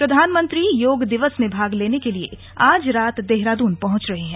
प्रधानमंत्री योग दिवस में भाग लेने के लिए आज रात देहरादून पहुंच रहे हैं